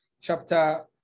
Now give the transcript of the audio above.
chapter